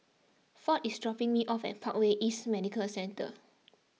ford is dropping me off at Parkway East Medical Centre